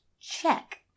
Check